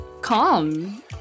calm